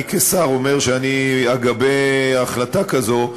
אני כשר אומר שאני אגבה החלטה כזאת,